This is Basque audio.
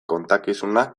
kontakizunak